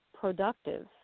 productive